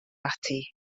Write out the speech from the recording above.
ati